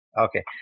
Okay